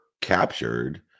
captured